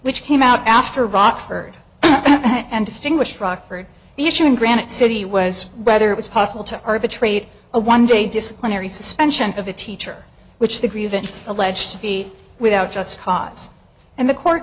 which came out after rockford and distinguish rockford the issue in granite city was whether it was possible to arbitrate a one day disciplinary suspension of a teacher which the grievance alleged to be without just cause and the co